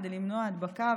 כדי למנוע הדבקה.